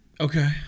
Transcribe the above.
Okay